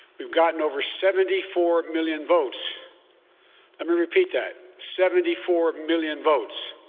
we've gotten over seventy four million votes. let me repeat that. seventy four million votes.